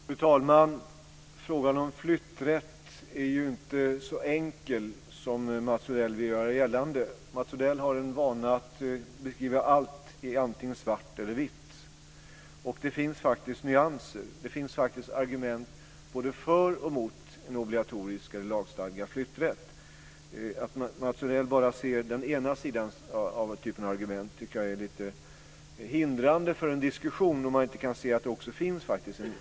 Fru talman! Frågan om flytträtt är ju inte så enkel som Mats Odell vill göra gällande. Mats Odell har en vana att beskriva allt i antingen svart eller vitt. Och det finns faktiskt nyanser. Det finns faktiskt argument både för och emot en obligatorisk eller lagstadgad flytträtt. Att Mats Odell bara ser den ena typen av argument och inte kan se att det också faktiskt finns en del invändningar tycker jag är lite hindrande för en diskussion.